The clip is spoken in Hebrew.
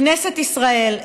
כנסת ישראל,